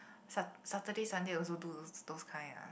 sat~ Saturday Sunday also do those kind ah